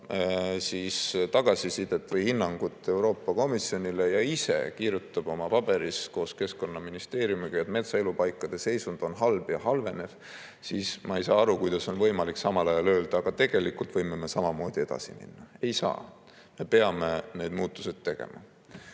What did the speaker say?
annab tagasisidet või hinnangut Natura kohta Euroopa Komisjonile ja ise kirjutab oma paberis koos Keskkonnaministeeriumiga, et metsaelupaikade seisund on halb ja halveneb, siis ma ei saa aru, kuidas on võimalik samal ajal öelda, et tegelikult võime me samamoodi edasi minna. Ei saa! Me peame need muudatused tegema. Teine